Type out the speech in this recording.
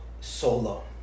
solo